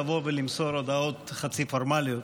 לבוא ולמסור הודעות חצי פורמליות.